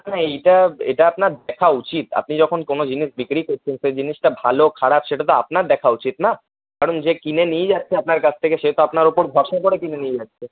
না এইটা এটা আপনার দেখা উচিৎ আপনি যখন কোনো জিনিস বিক্রি করছেন সেই জিনিসটা ভালো খারাপ সেটাতো আপনার দেখা উচিৎ না কারণ যে কিনে নিয়ে যাচ্ছে আপনার কাছ থেকে সেতো আপনার ওপর ভরসা করে কিনে নিয়ে যাচ্ছে